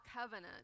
covenant